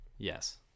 Yes